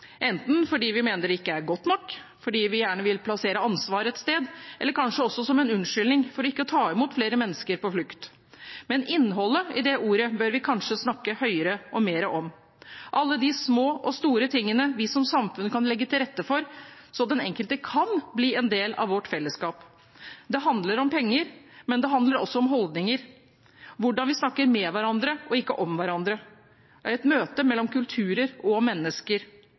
enten fordi vi mener det ikke er godt nok, fordi vi gjerne vil plassere ansvar et sted, eller kanskje også som en unnskyldning for ikke å ta imot flere mennesker på flukt. Men innholdet i det ordet bør vi kanskje snakke høyere og mer om – alle de små og store tingene vi som samfunn kan legge til rette for så den enkelte kan bli en del av vårt fellesskap. Det handler om penger, men det handler også om holdninger, hvordan vi snakker med hverandre og ikke om hverandre, og i et møte mellom kulturer og mennesker.